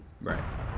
Right